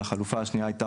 והחלופה השנייה הייתה